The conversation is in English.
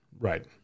Right